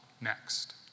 next